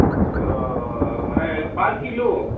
মানে per kilo